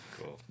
Cool